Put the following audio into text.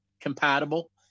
compatible